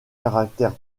caractère